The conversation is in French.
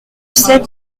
sept